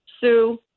Sue